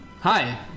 hi